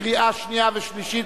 לקריאה שנייה ושלישית.